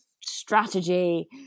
strategy